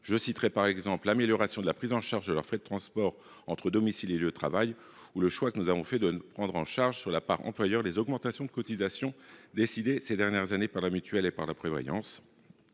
Je citerai, par exemple, l’amélioration de la prise en charge de leurs frais de transport entre domicile et lieu de travail ou le choix que nous avons fait de prendre en charge sur la part employeur les augmentations de cotisations décidées ces dernières années par la mutuelle et la prévoyance.